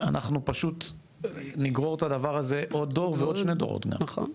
אנחנו פשוט נגרור את הדבר הזה עוד דבר ועוד שני דורות גם.